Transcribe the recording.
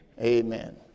Amen